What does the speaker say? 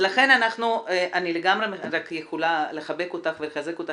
אני לגמרי רק יכולה לחבק אותך ולחזק אותך